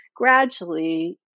gradually